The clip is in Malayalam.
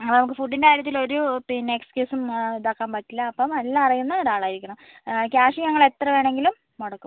നമുക്ക് ഫുഡിന്റെ കാര്യത്തിൽ ഒരു പിന്ന എക്സ്ക്യൂസും ഇതാക്കാൻ പറ്റില്ല അപ്പം എല്ലം അറിയുന്ന ഒരാളായിരിക്കണം ക്യാഷ് ഞങ്ങൾ എത്ര വേണമെങ്കിലും മുടക്കും